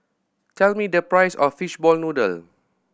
tell me the price of fishball noodle